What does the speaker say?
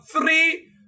three